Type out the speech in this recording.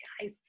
guys